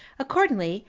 accordingly,